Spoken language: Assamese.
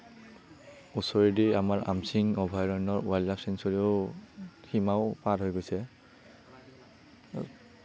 ওচৰেদি আমাৰ আমচিং অভয়াৰণ্য ওৱাইল্ড লাইফ চেংচুৰিও সীমাও পাৰ হৈ গৈছে